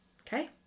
Okay